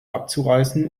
abzureißen